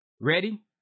Ready